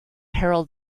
herald